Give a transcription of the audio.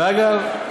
ואגב,